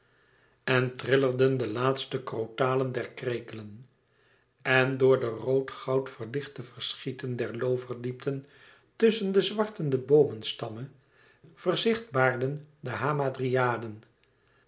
en trillerden de laatste krotalen der krekelen en door de roodgoud verlichte verschieten der looverendiepten tusschen de zwartende boomestammen verzichtbaarden de